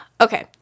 Okay